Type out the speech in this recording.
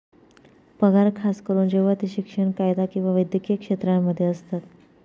पगार खास करून जेव्हा ते शिक्षण, कायदा किंवा वैद्यकीय क्षेत्रांमध्ये असतात